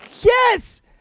yes